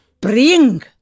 bring